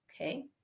okay